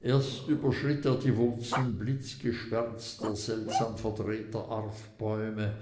erst überschritt er die wurzeln blitzgeschwärzter seltsam verdrehter arvbäume